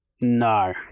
No